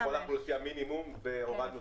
אנחנו הלכנו לפי המינימום והורדנו ל-75%.